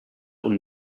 und